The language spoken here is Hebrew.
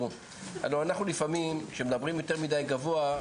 הלא אנחנו לפעמים כשמדברים יותר מידי גבוה,